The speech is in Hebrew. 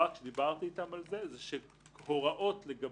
על זה והעמדה של הלשכה המשפטית של משרד התחבורה היא שהוראות